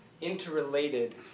interrelated